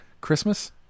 Christmas